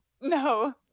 No